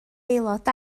aelod